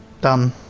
done